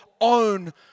own